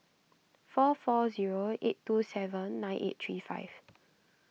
four four zero eight two seven nine eight three five